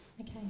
okay